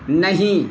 नहीं